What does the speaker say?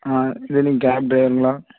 ஆ gap ட்ரைவருங்களா